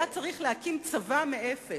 היה צריך להקים צבא מאפס.